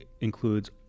includes